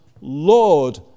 Lord